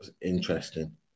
Interesting